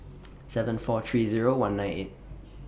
seven four three Zero one nine eight